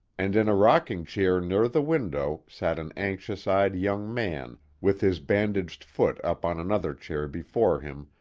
and in a rocking-chair near the window sat an anxious-eyed young man with his bandaged foot up on another chair before him,